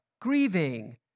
grieving